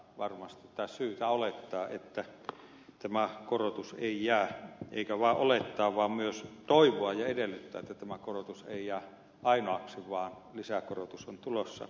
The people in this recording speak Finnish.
meidän on syytä olettaa varmasti että tämä korotus ei jää eikä vaan olettaa vaan myös toivoa ja edellyttää että tämä korotus ei jää ainoaksi vaan lisäkorotus on tulossa